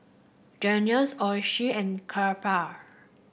Jergens Oishi and Kappa